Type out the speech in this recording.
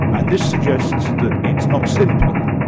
and this suggests that it's not simple.